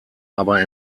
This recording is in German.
aber